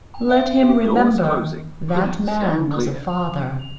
let him remember that man was a father,